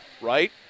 right